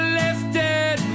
lifted